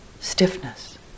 stiffness